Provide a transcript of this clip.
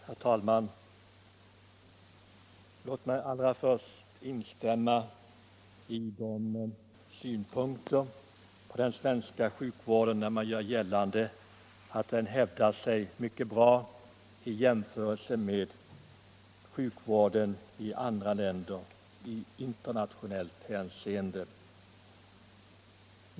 Herr talman! Låt mig allra först instämma i uttalandena här om att den svenska sjukvården hävdar sig mycket bra i jämförelse med sjukvården i andra länder, alltså i internationellt hänseende.